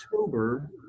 October